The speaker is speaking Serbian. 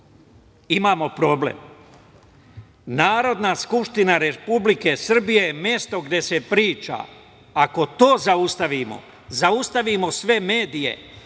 imamo problem. Narodna skupština Republike Srbije je mesto gde se priča. Ako to zaustavimo, zaustavimo sve medije,